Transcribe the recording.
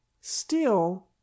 Still